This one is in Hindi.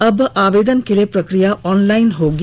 अब आवेदन के लिए प्रक्रिया ऑनलाइन होगी